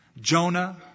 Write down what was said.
Jonah